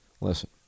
Listen